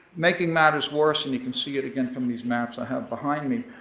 making matters worse, and you can see it again from these maps i have behind me,